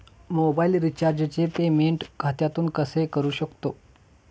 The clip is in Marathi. मोबाइल रिचार्जचे पेमेंट खात्यातून कसे करू शकतो?